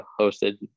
hosted